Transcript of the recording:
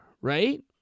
right